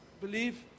believe